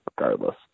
regardless